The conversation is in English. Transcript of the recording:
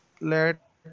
let